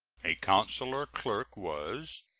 a consular clerk, was,